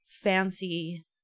fancy